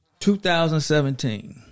2017